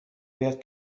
بیاد